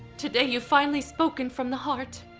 today you've finally spoken from the heart.